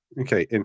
okay